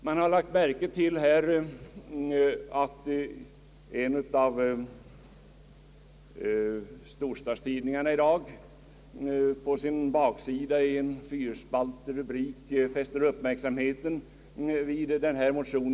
Jag har lagt märke till att en av storstadstidningarna i dag på sin baksida under en fyrspaltig rubrik fäster uppmärksamheten vid denna motion.